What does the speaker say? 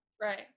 Right